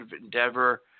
endeavor